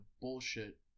bullshit